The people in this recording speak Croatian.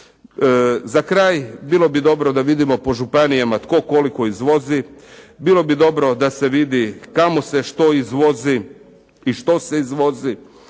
Za kraj bilo bi dobro da vidimo po županijama tko koliko izvozi, bilo bi dobro da se vidi kamo se što izvozi i što se izvozi,